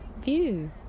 view